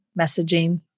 messaging